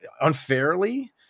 unfairly